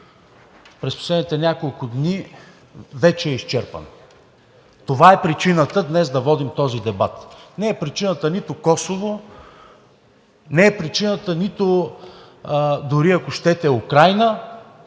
през последните няколко дни вече е изчерпана. Това е причината днес да водим този дебат. Не е причината нито Косово, не е причината нито дори, ако щете, Украйна,